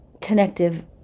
connective